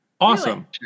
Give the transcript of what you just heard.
Awesome